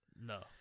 No